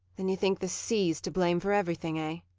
then you think the sea's to blame for everything, ah?